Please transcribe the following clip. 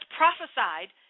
prophesied